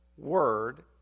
Word